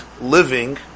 living